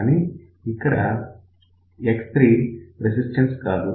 కానీ ఇక్కడ X3 resistance కాదు